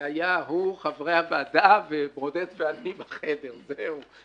זה היה הוא, חברי הוועדה, וברודט ואני בחדר, זהו.